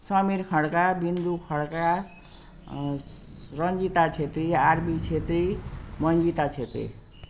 Samir Khadka Bindu Khadka Ranjita Chhetri Arbi Chhetri Manjita Chhetri